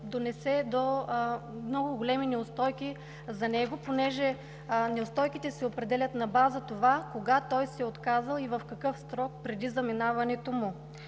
донесе много големи неустойки за него, понеже неустойките се определят на база на това кога се е отказал и в какъв срок преди заминаването му.